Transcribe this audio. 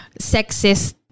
sexist